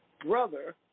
brother